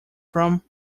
from